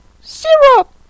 Syrup